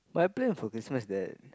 my plan for Christmas is that